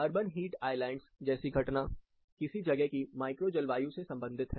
urban heat islands जैसी घटना किसी जगह की माइक्रो जलवायु से संबंधित है